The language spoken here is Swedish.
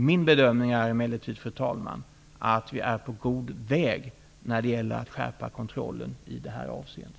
Min bedömning är emellertid, fru talman, att vi är på god väg när det gäller att skärpa kontrollen i det här avseendet.